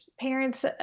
parents